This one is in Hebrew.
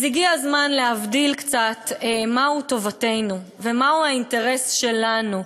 אז הגיע הזמן להבדיל קצת מהי טובתנו ומהו האינטרס שלנו.